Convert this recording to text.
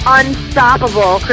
unstoppable